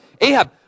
Ahab